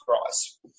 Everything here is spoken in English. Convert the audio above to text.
price